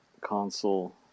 console